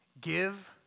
Give